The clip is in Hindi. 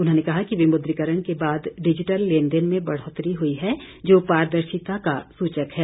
उन्होंने कहा कि विमुद्रीकरण के बाद डिजिटल लेन देन में बढ़ौतरी हुई है जो पारदर्शिता का सूचक है